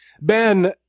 Ben